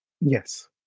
Yes